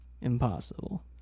impossible